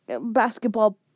basketball